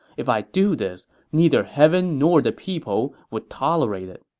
if i do this, neither heaven nor the people would tolerate it.